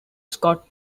scot